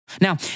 Now